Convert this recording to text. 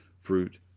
fruit